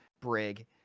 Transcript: Brig